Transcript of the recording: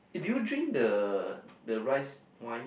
eh did you drink the the rice wine